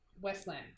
Westland